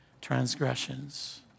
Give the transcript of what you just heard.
transgressions